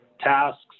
tasks